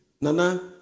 Nana